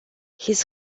his